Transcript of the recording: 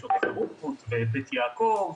נשות חירות, בית יעקב,